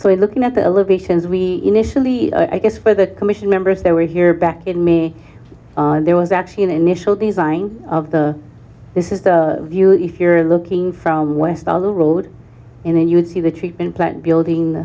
we're looking at the elevations we initially i guess for the commission members that were here back in may there was actually an initial design of the this is the view if you're looking from west nile road and then you see the treatment plant building